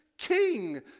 king